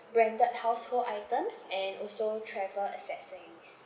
branded household items and also travel accessories